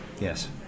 Yes